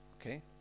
Okay